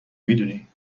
میدونی